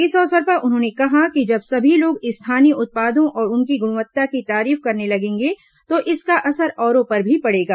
इस अवसर पर उन्होंने कहा कि जब सभी लोग स्थानीय उत्पादों और उनकी गुणवत्ता की तारीफ करने लगेंगे तो इसका असर औरों पर भी पड़ेगा